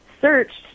searched